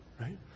right